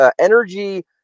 energy